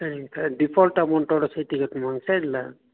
சரிங்க sir default அமௌண்டோடய சேர்த்தி கட்டணுமாங்க சார் இல்லை